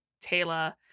Taylor